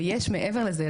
ויש מעבר לזה,